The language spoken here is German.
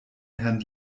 herrn